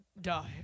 die